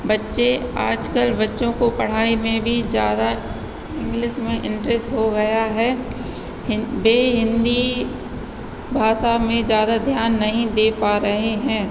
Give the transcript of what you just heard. बच्चे आजकल बच्चों को पढ़ाई में भी ज़्यादा इंग्लिस में इंटरेस हो गया है वे हिन्दी भाषा में ज़्यादा ध्यान नहीं दे पा रहे हैं